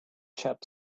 chap